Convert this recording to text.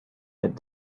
had